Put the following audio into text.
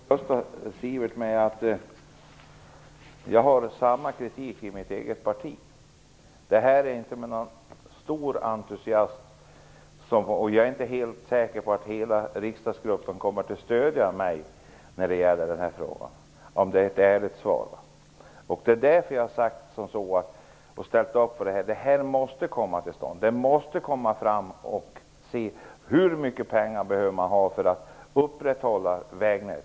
Fru talman! Jag skall trösta Sivert Carlsson med att jag har samma kritik i mitt eget parti. Det är inte med någon stor entusiasm jag för fram detta, och jag är inte säker på att hela riksdagsgruppen kommer att stödja mig när det gäller den här frågan, om jag skall svara ärligt. Det är därför som jag har sagt att en analys måste komma till stånd. Det måste komma fram hur mycket pengar man behöver ha för att upprätthålla vägnätet.